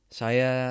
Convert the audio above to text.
saya